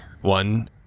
one